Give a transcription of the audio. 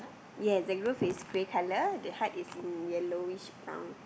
yes the roof is grey colour the hut is in yellowish brown